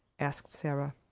asked sara.